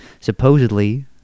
supposedly